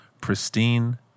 pristine